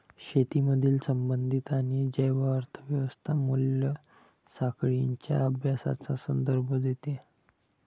शेतीमधील संबंधित आणि जैव अर्थ व्यवस्था मूल्य साखळींच्या अभ्यासाचा संदर्भ देते